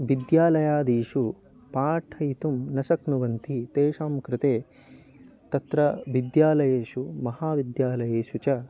विद्यालयादिषु पाठयितुं न शक्नुवन्ति तेषां कृते तत्र विद्यालयेषु महाविद्यालयेषु च